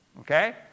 Okay